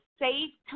safe